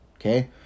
Okay